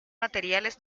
materiales